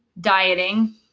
dieting